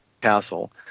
Castle